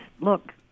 look